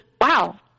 wow